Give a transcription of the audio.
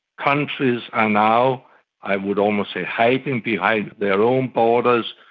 countries are now i would almost say hiding behind their own borders,